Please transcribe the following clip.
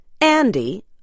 Andy